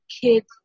kids